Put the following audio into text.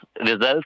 results